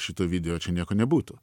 šito video čia nieko nebūtų